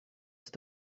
ist